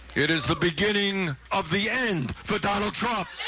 it is the beginning of the end for donald trump.